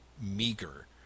meager